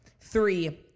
Three